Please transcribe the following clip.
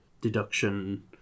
Deduction